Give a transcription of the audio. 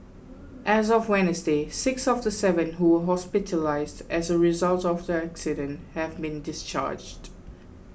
as of Wednesday six of the seven who were hospitalised as a result of the accident have been discharged